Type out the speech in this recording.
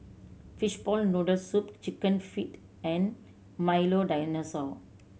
fishball noodle soup Chicken Feet and Milo Dinosaur